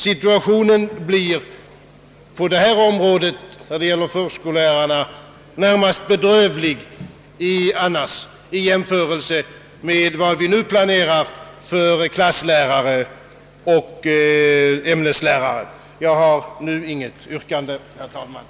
Situationen blir eljest närmast bedrövlig när det gäller förskollärarna i jämförelse med vad vi nu planerar för klasslärare och ämneslärare, Jag har inget yrkande, herr talman.